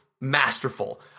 masterful